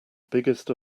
biggest